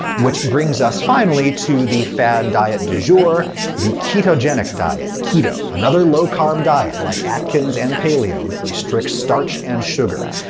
which brings us, finally, to the fad diet du jour the ketogenic diet. keto. another low-carb diet, like atkins and paleo, that restricts starch and sugar.